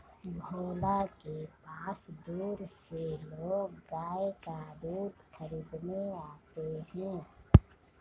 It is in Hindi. भोला के पास दूर से लोग गाय का दूध खरीदने आते हैं